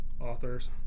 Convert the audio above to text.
authors